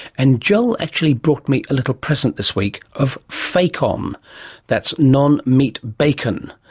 and joel actually brought me a little present this week of fakon, um that's non-meat bacon.